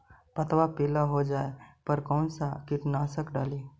पतबा पिला हो जाबे पर कौन कीटनाशक डाली?